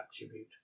attribute